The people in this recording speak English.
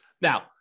Now